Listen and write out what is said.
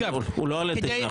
הוא לא עלה תאנה,